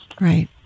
Right